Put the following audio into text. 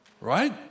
Right